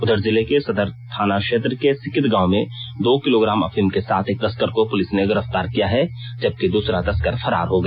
उधर जिले के सदर थाना क्षेत्र के सिकिद गांव में दो किलोग्राम अफीम के साथ एक तस्कर को पुलिस ने गिरफ्तार किया है जबकि दूसरा तस्कर फरार हो गया